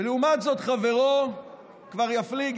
ולעומת זאת חברו כבר יפליג,